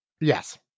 Yes